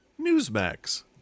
Newsmax